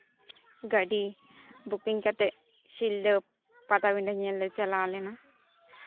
ᱜᱟᱹᱰᱤ ᱵᱩᱠᱤᱝ ᱠᱟᱛᱮᱫ ᱥᱤᱞᱫᱟᱹ ᱯᱟᱴᱟᱵᱤᱰᱟᱹ ᱧᱮᱞ ᱞᱮ ᱪᱟᱞᱟᱣ ᱞᱮᱱᱟ